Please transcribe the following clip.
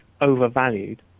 overvalued